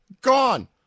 gone